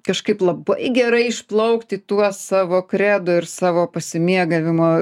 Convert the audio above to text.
kažkaip labai gerai išplaukt į tuos savo kredo ir savo pasimėgavimo